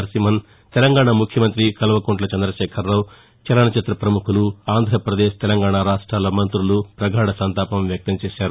నరసింహన్ తెలంగాణ ముఖ్యమంతి కల్వకుంట్ల చంద్రశేఖరరావు చలనచిత్ర ప్రముఖులు ఆంధ్రప్రదేశ్ తెలంగాణ రాష్టాల మంత్రులు పగాఢ సంతాపం వ్యక్తం చేశారు